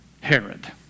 Herod